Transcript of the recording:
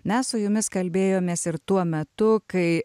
mes su jumis kalbėjomės ir tuo metu kai